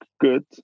good